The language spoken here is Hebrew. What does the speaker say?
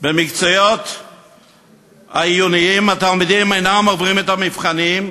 במקצועות העיוניים התלמידים אינם עוברים את המבחנים,